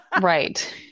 Right